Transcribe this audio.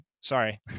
sorry